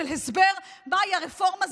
של הסבר מהי הרפורמה,